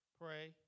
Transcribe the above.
pray